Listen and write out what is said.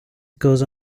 goes